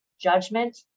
judgment